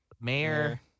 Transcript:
Mayor